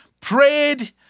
prayed